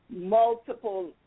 multiple